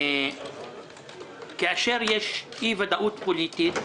כאשר יש אי-ודאות פוליטית,